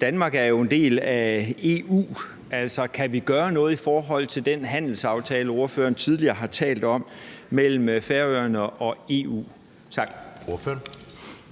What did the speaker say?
Danmark er jo en del af EU. Altså, kan vi gøre noget i forhold til den handelsaftale, ordføreren tidligere har talt om, mellem Færøerne og EU? Tak.